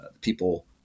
people